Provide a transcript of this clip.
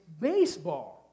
baseball